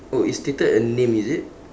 oh it's stated a name is it